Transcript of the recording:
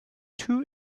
two